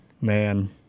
man